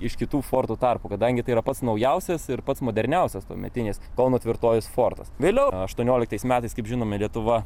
iš kitų fortų tarpų kadangi tai yra pats naujausias ir pats moderniausias tuometinis kauno tvirtovės fortas vėliau aštuonioliktais metais kaip žinome lietuva